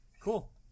cool